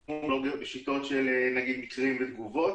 פנט, שלום לך, ברוך שובך,